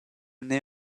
naît